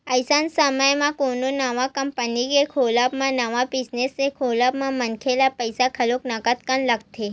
अइसन समे म कोनो नवा कंपनी के खोलब म नवा बिजनेस के खोलब म मनखे ल पइसा घलो नंगत कन लगथे